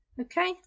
okay